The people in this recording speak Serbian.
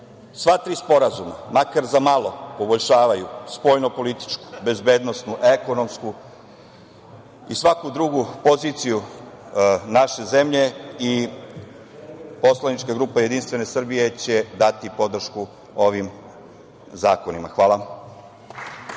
Sva tri sporazuma, makar za malo, poboljšavaju spoljnopolitičku bezbednosnu, ekonomsku i svaku drugu poziciju naše zemlje i poslanička grupa JS će dati podršku ovim zakonima. Hvala.